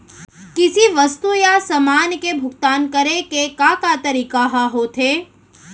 किसी वस्तु या समान के भुगतान करे के का का तरीका ह होथे?